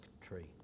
tree